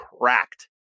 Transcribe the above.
cracked